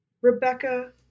Rebecca